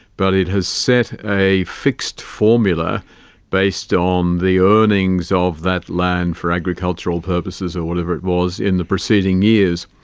but it has set a fixed formula based on um the earnings of that land for agricultural purposes or whatever it was in the preceding years.